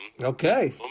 Okay